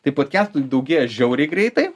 tai podkestų daugėja žiauriai greitai